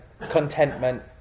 contentment